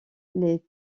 les